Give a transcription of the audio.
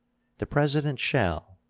the president shall,